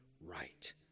right